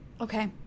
Okay